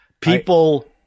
people